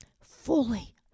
fully